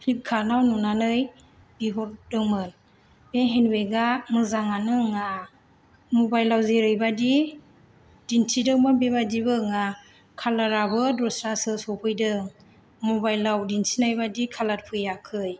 प्लिपकार्तआव नुनानै बिहरदोंमोन बे हेन बेगा मोजाङानो नङा मबाइलाव जेरैबायदि दिन्थिदोंमोन बे बायदिबो नङा कालाराबो दस्रासो सफैदों मबाइलाव दिन्थिनायबायदि कालार फैयाखै